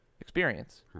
experience